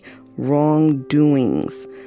wrongdoings